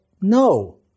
no